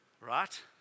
Right